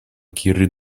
akiri